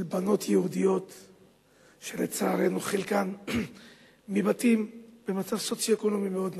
של בנות יהודיות שלצערנו חלקן מבתים במצב סוציו-אקונומי מאוד נמוך,